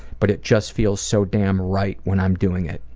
but it just feels so damn right when i'm doing it.